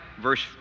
Verse